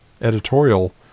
editorial